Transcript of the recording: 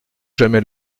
jamais